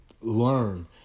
learn